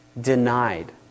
denied